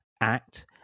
Act